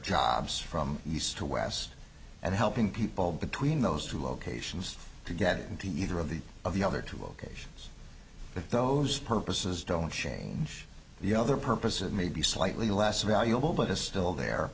jobs from east to west and helping people between those two locations to get into either of the of the other two locations for those purposes don't change the other purposes maybe slightly less valuable but it's still there